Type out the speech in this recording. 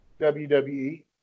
WWE